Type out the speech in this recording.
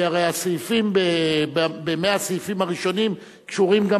כי הרי 100 הסעיפים הראשונים קשורים גם